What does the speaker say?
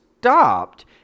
stopped